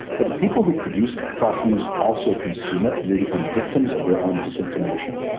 but the people who produced fox news also consume it and they become victims of their own disinformation.